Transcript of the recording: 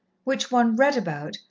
which one read about,